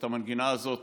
את המנגינה הזאת